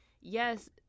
yes